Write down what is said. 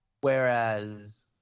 Whereas